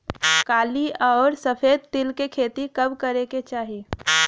काली अउर सफेद तिल के खेती कब करे के चाही?